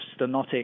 stenotic